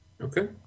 Okay